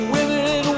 Women